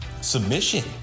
submission